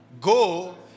go